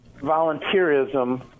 volunteerism